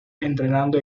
entrenando